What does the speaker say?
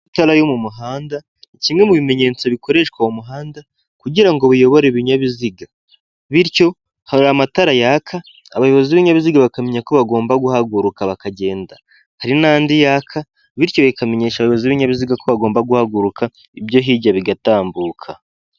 Amatarara yo mu muhanda kimwe mu bimenyetso bikoreshwa mu muhanda kugira ngo biyobore ibinyabiziga bityo hari amatara yaka abayobozi b'ibinyabiziga bakamenya ko bagomba guhaguruka bakagenda hari n'andi yaka bityo bikamenyesha abayobozi b'ibinyabiziga ko bagomba guhaguruka ibyo hirya bigatambuka.